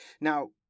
Now